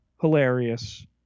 hilarious